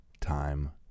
time